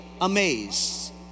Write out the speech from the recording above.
amazed